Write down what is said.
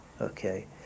Okay